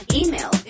email